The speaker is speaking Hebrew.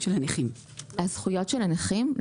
הזכויות של הנכים?